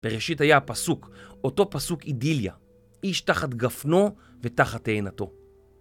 בראשית היה הפסוק, אותו פסוק אידיליה, איש תחת גפנו ותחת עינתו.